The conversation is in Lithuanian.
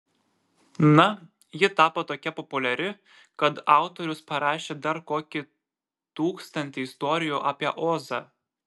na ji tapo tokia populiari kad autorius parašė dar kokį tūkstantį istorijų apie ozą